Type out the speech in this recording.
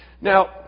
Now